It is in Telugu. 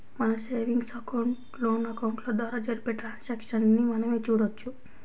మన సేవింగ్స్ అకౌంట్, లోన్ అకౌంట్ల ద్వారా జరిపే ట్రాన్సాక్షన్స్ ని మనమే చూడొచ్చు